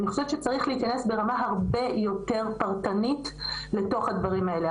אני חושבת שצריך להיכנס ברמה הרבה יותר פרטנית לתוך הדברים האלה.